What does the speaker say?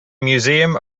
museum